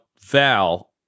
val